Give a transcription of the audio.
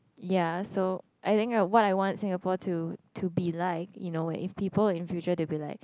ya so I think what I want Singapore to to be like you know if people in future they will be like